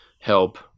help